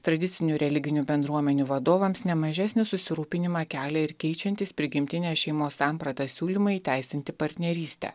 tradicinių religinių bendruomenių vadovams nemažesnį susirūpinimą kelia ir keičiantys prigimtinę šeimos sampratą siūlymai įteisinti partnerystę